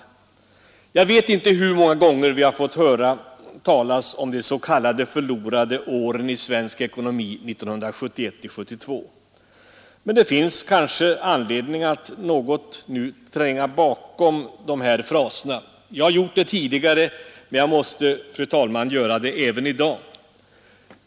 Jag vet inte hur många gånger vi har fått höra talas om de s.k. förlorade åren i svensk ekonomi 1971-1972. Det finns kanske anledning att nu tränga bakom de här fraserna. Jag har gjort det tidigare, men jag måste, fru talman, göra det även i dag.